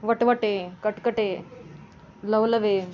वटवटे कटकटे लवलवे